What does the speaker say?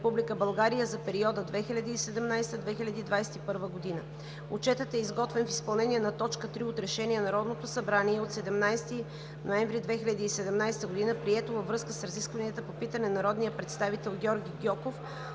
България за периода 2017 – 2021 г. Отчетът е изготвен в изпълнение на точка трета от Решение на Народното събрание от 17 ноември 2017 г., прието във връзка с разискванията по питане на народния представител Георги Гьоков,